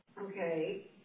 okay